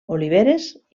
oliveres